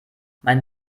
mein